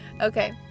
Okay